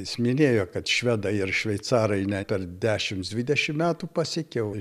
jis minėjo kad švedai ir šveicarai ne per dešimts dvidešim metų pasiekė o